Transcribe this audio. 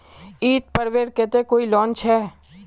ईद पर्वेर केते कोई लोन छे?